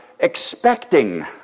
expecting